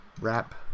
wrap